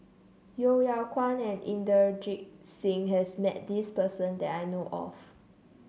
Yeo Yeow Kwang and Inderjit Singh has met this person that I know of